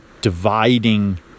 dividing